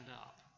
up